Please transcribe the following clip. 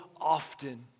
often